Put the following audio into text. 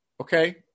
Okay